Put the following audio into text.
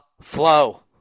Flow